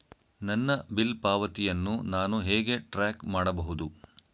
ನನ್ನ ಬಿಲ್ ಪಾವತಿಯನ್ನು ನಾನು ಹೇಗೆ ಟ್ರ್ಯಾಕ್ ಮಾಡಬಹುದು?